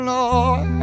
Lord